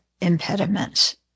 impediments